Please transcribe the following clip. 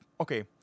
okay